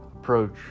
approach